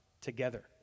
together